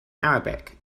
arabic